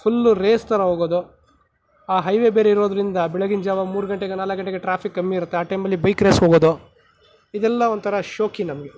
full race ಥರ ಹೋಗೋದು ಆ ಹೈವೇ ಬೇರೆ ಇರೋದ್ರಿಂದ ಬೆಳಗಿನ ಜಾವ ಮೂರು ಗಂಟೆಗೆ ನಾಲ್ಕು ಗಂಟೆಗೆ ಟ್ರಾಫಿಕ್ ಕಮ್ಮಿಇರತ್ತೆ ಆ ಟೈಮಲ್ಲಿ ಬೈಕ್ ರೇಸ್ ಹೋಗೋದು ಇದೆಲ್ಲ ಒಂಥರ ಶೋಕಿ ನಮಗೆ